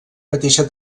mateixa